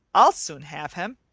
i'll soon have him,